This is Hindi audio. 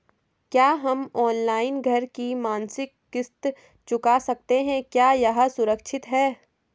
क्या हम ऑनलाइन घर की मासिक किश्त चुका सकते हैं क्या यह सुरक्षित है?